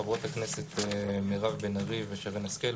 חברות הכנסת מירב בן ארי ושרן השכל,